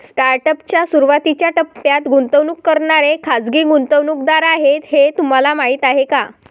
Startup च्या सुरुवातीच्या टप्प्यात गुंतवणूक करणारे खाजगी गुंतवणूकदार आहेत हे तुम्हाला माहीत आहे का?